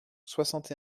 soixante